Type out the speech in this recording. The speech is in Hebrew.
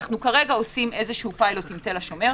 אנו עושים פילוט עם תל השומר,